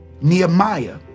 Nehemiah